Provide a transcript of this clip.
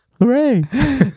Hooray